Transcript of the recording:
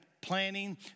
planning